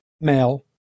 male